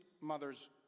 mother's